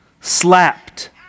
slapped